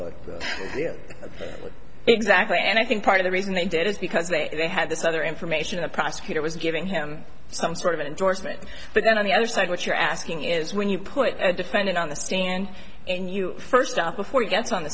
exactly and i think part of the reason they did is because they had this other information the prosecutor was giving him some sort of an endorsement but then on the other side what you're asking is when you put a defendant on the stand and you first stop before he gets on the